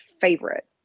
favorite